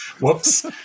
whoops